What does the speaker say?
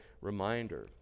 reminder